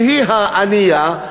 שהיא הענייה,